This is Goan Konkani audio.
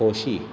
खोशी